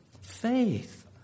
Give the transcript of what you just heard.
Faith